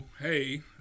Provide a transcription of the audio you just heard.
Hey